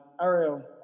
Ariel